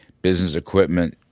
business equipment,